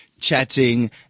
chatting